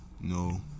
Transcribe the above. No